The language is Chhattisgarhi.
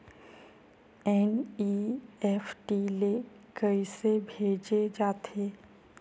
एन.ई.एफ.टी ले कइसे भेजे जाथे?